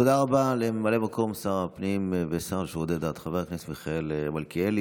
תודה רבה לממלא מקום שר הפנים והשר לשירותי דת חבר הכנסת מיכאל מלכיאלי.